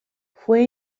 fue